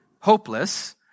Hopeless